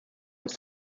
uns